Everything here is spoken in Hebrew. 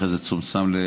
אחרי זה זה צומצם לשנה,